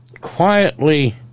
quietly